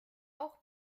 auch